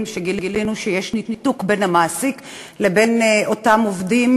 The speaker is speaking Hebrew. שבהם גילינו שיש ניתוק בין המעסיק לבין אותם עובדים,